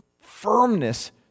firmness